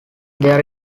there